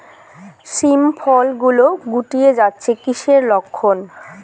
শিম ফল গুলো গুটিয়ে যাচ্ছে কিসের লক্ষন?